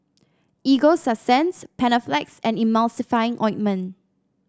Ego Sunsense Panaflex and Emulsying Ointment